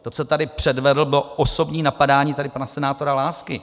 To, co tady předvedl, bylo osobní napadání tady pana senátora Lásky.